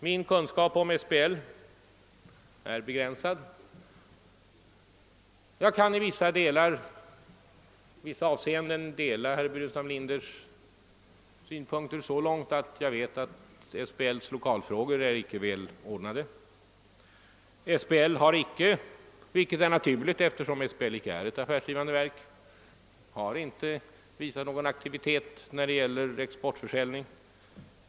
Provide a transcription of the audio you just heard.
Min kunskap om SBL är begränsad, men jag kan dela herr Burenstam Linders uppfattning så långt som att bekräfta att SBL:s lokalfrågor inte är väl ordnade. SBL har icke, vilket är naturligt, eftersom SBL icke är ett affärsdrivande verk, visat någon aktivitet i fråga om exportförsäljning.